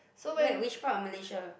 where which part of Malaysia